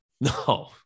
no